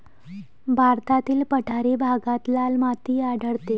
भारतातील पठारी भागात लाल माती आढळते